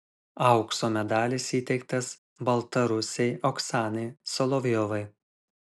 aukso medalis įteiktas baltarusei oksanai solovjovai